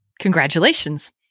Congratulations